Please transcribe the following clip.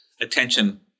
attention